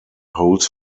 holes